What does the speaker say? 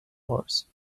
wars